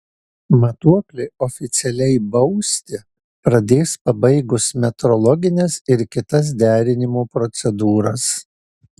matuokliai oficialiai bausti pradės pabaigus metrologines ir kitas derinimo procedūras